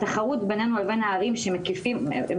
התחרות בינינו לבין הערים שהן בעצם